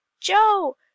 Joe